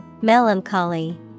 Melancholy